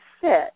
sit